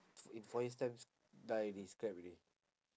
in four years time die already scrap already